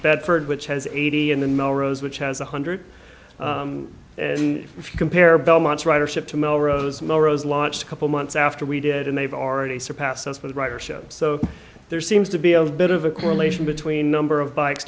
bedford which has eighty and then melrose which has one hundred and if you compare belmont ridership to melrose melrose launched a couple months after we did and they've already surpassed us for the writer show so there seems to be of bit of a correlation between number of bikes